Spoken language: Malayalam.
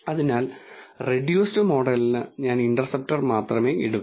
അതിനാൽ റെഡ്യൂസ്ഡ് മോഡലിന് ഞാൻ ഇന്റർസെപ്റ്റർ മാത്രമേ എടുക്കൂ